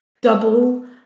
Double